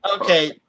okay